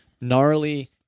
gnarly